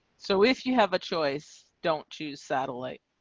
so if you have a choice. don't choose satellite.